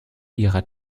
ihrer